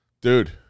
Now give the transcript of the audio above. dude